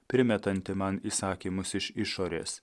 primetanti man įsakymus iš išorės